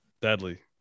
deadly